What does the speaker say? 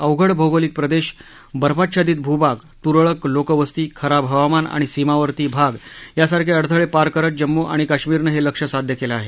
अवघड भौगोलिक प्रदेश बर्फाच्छादित भूभाग तुरळक लोकवस्ती खराब हवामान आणि सीमावर्ती भाग यासारखे अडथळे पार करत जम्मू आणि काश्मिरनं हे लक्ष्य साध्य केलं आहे